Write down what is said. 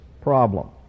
problem